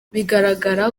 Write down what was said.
bigaragara